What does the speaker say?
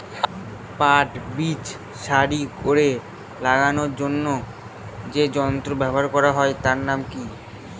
পাট বীজ সারি করে লাগানোর জন্য যে যন্ত্র ব্যবহার হয় তার নাম কি?